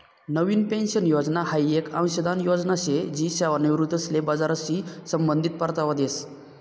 नवीन pension योजना हाई येक अंशदान योजना शे जी सेवानिवृत्तीसले बजारशी संबंधित परतावा देस